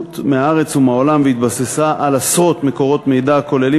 ספרות מהארץ ומהעולם והתבססה על עשרות מקורות מידע הכוללים